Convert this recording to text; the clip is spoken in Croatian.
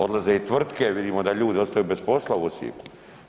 Odlaze i tvrtke, vidimo da ljudi ostaju bez posla u Osijeku.